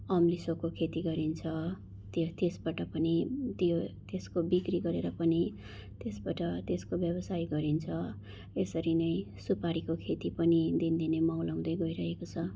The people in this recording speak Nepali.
अमलिसोको खेती गरिन्छ त्यो त्यसबाट पनि त्यो त्यसको बिक्री गरेर पनि त्यसबाट त्यसको व्यवसाय गरिन्छ यसरी नै सुपारीको खेती पनि दिनदिनै मौलाउँदै गइरहेको छ